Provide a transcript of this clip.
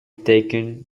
taken